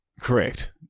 Correct